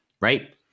right